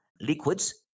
liquids